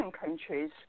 countries